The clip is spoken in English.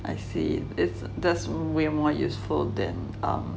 I see if that's we're more useful than um